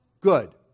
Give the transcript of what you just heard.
good